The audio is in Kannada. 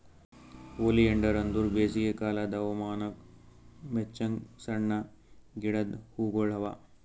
ಒಲಿಯಾಂಡರ್ ಅಂದುರ್ ಬೇಸಿಗೆ ಕಾಲದ್ ಹವಾಮಾನಕ್ ಮೆಚ್ಚಂಗ್ ಸಣ್ಣ ಗಿಡದ್ ಹೂಗೊಳ್ ಅವಾ